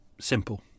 simple